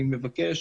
אני מבקש